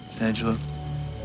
Angela